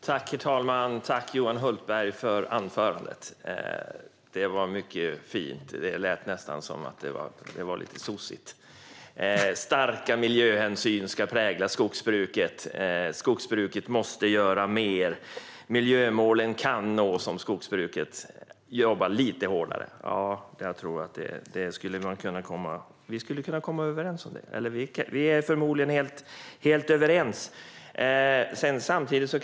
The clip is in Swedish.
Herr talman! Tack, Johan Hultberg, för anförandet! Det var mycket fint. Det lät nästan lite "sossigt": Starka miljöhänsyn ska prägla skogsbruket och skogsbruket måste göra mer - det kan jobba lite hårdare. Vi är förmodligen helt överens om det.